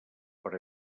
per